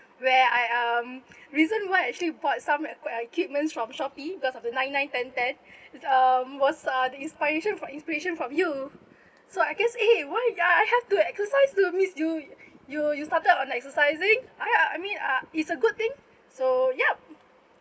where I um reason why I actually bought some eq~ equipment from Shopee because of the nine nine ten ten is um was uh the inspiration for inspiration from you so I guess eh why I have to exercise do means you you you started on exercising I I mean uh it's a good thing so yup